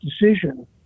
decision